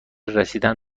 رسیدن